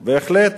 בהחלט.